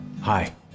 Hi